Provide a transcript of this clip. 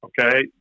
okay